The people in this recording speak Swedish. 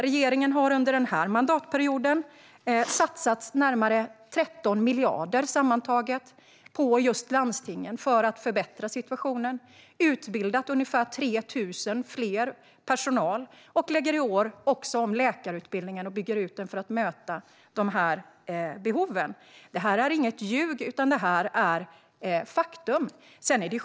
Regeringen har under den här mandatperioden satsat närmare 13 miljarder på just landstingen för att förbättra situationen. Ungefär 3 000 fler har utbildats, och i år byggs läkarutbildningen ut för att möta behoven. Det här är inget ljug, utan det här är fakta.